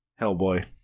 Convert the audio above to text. Hellboy